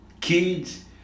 Kids